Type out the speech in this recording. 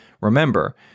Remember